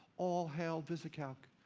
all hail visicalc!